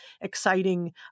exciting